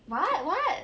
what what